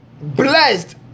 blessed